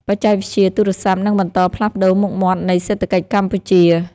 បច្ចេកវិទ្យាទូរស័ព្ទនឹងបន្តផ្លាស់ប្តូរមុខមាត់នៃសេដ្ឋកិច្ចកម្ពុជា។